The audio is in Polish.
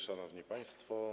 Szanowni Państwo!